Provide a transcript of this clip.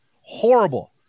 Horrible